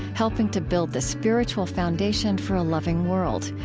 helping to build the spiritual foundation for a loving world.